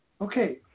Okay